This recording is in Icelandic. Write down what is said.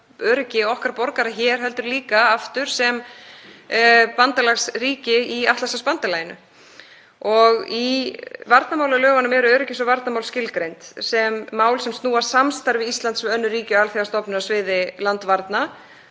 öryggi okkar borgara hér heldur líka aftur sem bandalagsríki í Atlantshafsbandalaginu. Í varnarmálalögunum eru öryggis- og varnarmál skilgreind sem mál sem snúa að samstarfi Íslands við önnur ríki og alþjóðastofnana á sviði landvarna